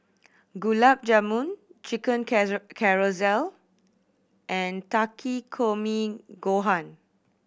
Gulab Jamun Chicken Casserole and Takikomi Gohan